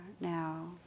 now